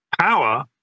power